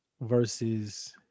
versus